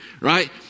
right